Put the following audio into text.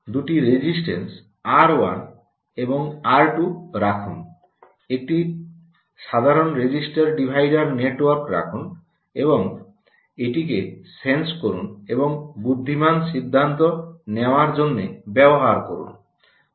দুটি রেজিস্টেন্স আর 1 এবং আর 2 রাখুন একটি সাধারণ রেজিস্টার ডিভাইডার নেটওয়ার্ক রাখুন এবং এটিকে সেন্স করুন এবং বুদ্ধিমান সিদ্ধান্ত নেওয়ার জন্য ব্যবহার করুন